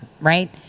right